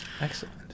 Excellent